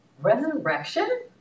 resurrection